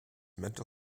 mental